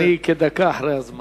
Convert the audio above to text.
כדקה אחרי הזמן.